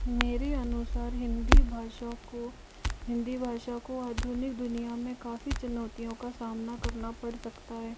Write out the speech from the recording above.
मेरे अनुसार हिन्दी भाषा को हिन्दी भाषा को आधुनिक दुनिया में काफ़ी चुनौतियों का सामना करना पड़ सकता है